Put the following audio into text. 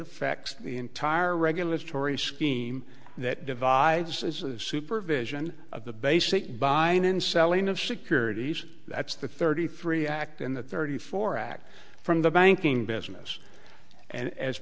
affects the entire regulatory scheme that divides the supervision of the basic buying and selling of securities that's the thirty three act and the thirty four act from the banking business and as